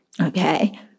okay